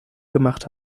gemacht